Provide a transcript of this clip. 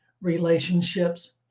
relationships